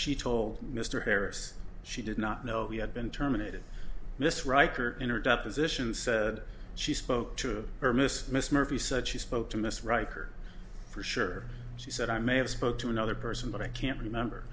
she told mr harris she did not know he had been terminated this writer in her deposition said she spoke to her miss miss murphy said she spoke to miss riker for sure she said i may have spoke to another person but i can't remember